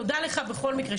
תודה לך בכל מקרה.